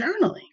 journaling